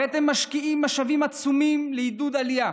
הרי אתם משקיעים משאבים עצומים בעידוד עלייה,